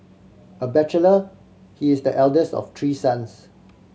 a bachelor he is the eldest of three sons